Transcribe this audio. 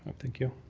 thank you.